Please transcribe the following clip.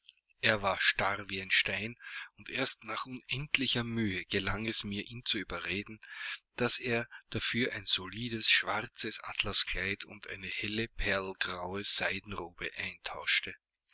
er war starr wie ein stein und erst nach unendlicher mühe gelang es mir ihn zu überreden daß er dafür ein solides schwarzes atlaskleid und eine helle perlgraue seidenrobe eintauschte